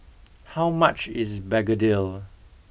how much is begedil